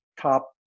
top